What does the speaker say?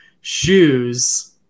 shoes